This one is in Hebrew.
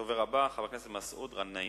הדובר הבא, חבר הכנסת מסעוד גנאים,